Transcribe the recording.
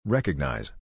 Recognize